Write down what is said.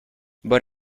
but